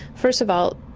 first of all,